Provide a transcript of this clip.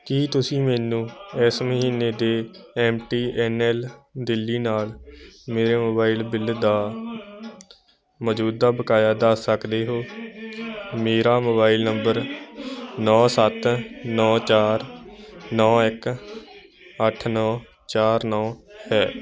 ਕੀ ਤੁਸੀਂ ਮੈਨੂੰ ਇਸ ਮਹੀਨੇ ਦੇ M T N L Delhi ਨਾਲ ਮੇਰੇ ਮੋਬਾਈਲ ਬਿੱਲ ਦਾ ਮੌਜੂਦਾ ਬਕਾਇਆ ਦੱਸ ਸਕਦੇ ਹੋ ਮੇਰਾ ਮੋਬਾਈਲ ਨੰਬਰ ਨੌਂ ਸੱਤ ਨੌਂ ਚਾਰ ਨੌਂ ਇੱਕ ਅੱਠ ਨੌਂ ਚਾਰ ਨੌਂ ਹੈ